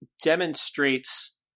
demonstrates